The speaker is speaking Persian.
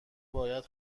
باید